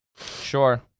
Sure